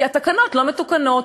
כי התקנות לא מתוקנות,